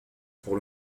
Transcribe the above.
pour